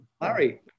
Larry